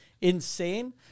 insane